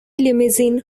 limousine